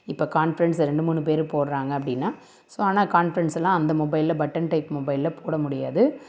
இப்போ கான்ஃபெரன்ஸ் ரெண்டு மூணு பேர் போடுறாங்க அப்படின்னா ஸோ ஆனால் கான்ஃபெரன்ஸ் எல்லாம் அந்த மொபைலில் பட்டன் டைப் மொபைலில் போட முடியாது